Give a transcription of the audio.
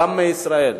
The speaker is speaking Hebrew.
גם מישראל.